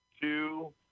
two